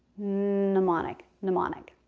mnemonic mnemonic.